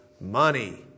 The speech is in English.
money